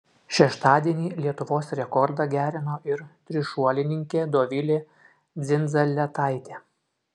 šeštadienį lietuvos rekordą gerino ir trišuolininkė dovilė dzindzaletaitė